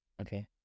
Okay